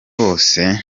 bose